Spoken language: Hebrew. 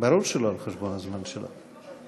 ברור שלא על חשבון הזמן שלך.